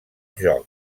joc